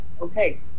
Okay